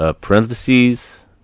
Parentheses